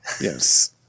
Yes